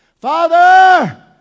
Father